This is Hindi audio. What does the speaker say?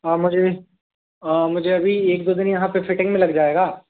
हाँ मुझे मुझे अभी एक दो दिन यहाँ पर फिटिंग में लग जाएगा